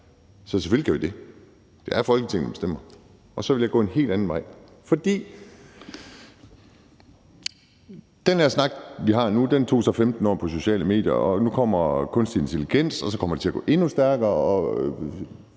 Så selvfølgelig kan vi det. Det er Folketinget, der bestemmer. Så vil jeg gå en helt anden vej. Den her snak om sociale medier, vi har nu, tog så 15 år, og nu kommer kunstig intelligens, og så kommer det til at gå endnu stærkere.